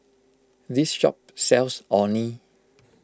this shop sells Orh Nee